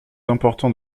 important